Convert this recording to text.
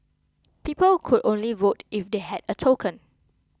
people could only vote if they had a token